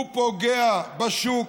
הוא פוגע בשוק,